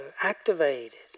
activated